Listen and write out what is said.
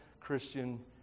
Christian